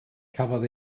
cafodd